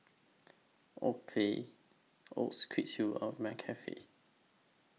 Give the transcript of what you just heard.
Oakley Quiksilver and McCafe